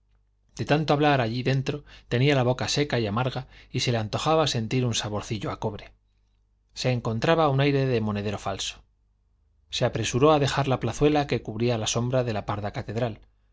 de tanto hablar allá dentro tenía la boca seca y amarga y se le antojaba sentir un saborcillo a cobre se encontraba un aire de monedero falso se apresuró a dejar la plazuela que cubría de sombra la parda catedral